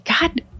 God